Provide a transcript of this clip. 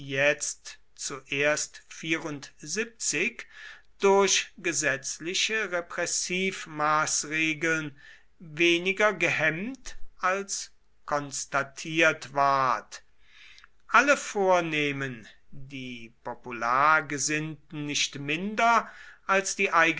jetzt durch gesetzliche repressivmaßregeln weniger gehemmt als konstatiert ward alle vornehmen die popular gesinnten nicht minder als die